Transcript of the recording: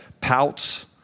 pouts